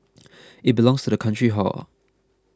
it belongs to the country hor